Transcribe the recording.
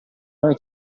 noi